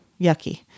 yucky